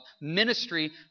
ministry